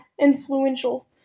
Influential